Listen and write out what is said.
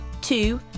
two